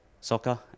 soccer